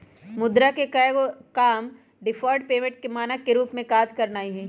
मुद्रा के एगो काम डिफर्ड पेमेंट के मानक के रूप में काज करनाइ हइ